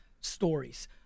stories